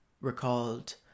recalled